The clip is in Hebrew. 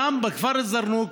גם בכפר א-זרנוק,